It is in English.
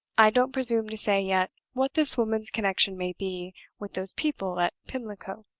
i don't presume to say yet what this woman's connection may be with those people at pimlico.